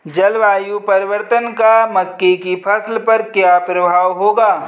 जलवायु परिवर्तन का मक्के की फसल पर क्या प्रभाव होगा?